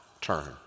turn